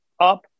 up